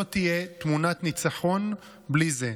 לא תהיה תמונת ניצחון בלי זה.